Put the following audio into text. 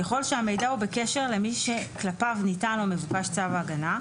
ככל שהמידע הוא בקשר למי שכלפיו ניתן או מבוקש צו ההגנה,